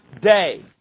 day